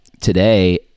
today